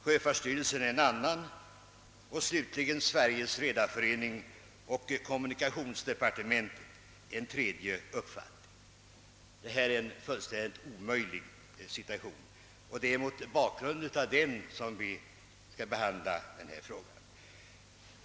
Sjöfartsstyrelsen har en annan, och slutligen har Sveriges redareförening och kommunikationsdepartementet en tredje uppfattning. Det råder en fullkomligt omöjlig situation, och det är mot den bakgrunden man måste se den fråga som vi nu behandlar.